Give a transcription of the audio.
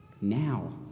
now